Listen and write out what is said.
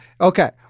okay